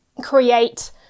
create